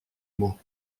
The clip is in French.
mots